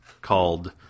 called